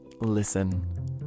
listen